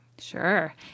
Sure